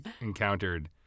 encountered